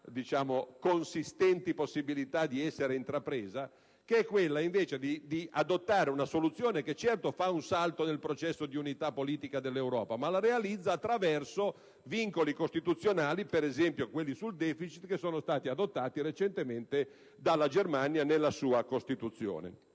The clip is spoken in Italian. ha consistenti possibilità di essere intrapresa), volta invece ad adottare una soluzione che, certo, fa fare un salto nel processo di unità politica dell'Europa, ma che lo realizza attraverso vincoli costituzionali, per esempio quelli sul deficit adottati recentemente dalla Germania nella sua Costituzione.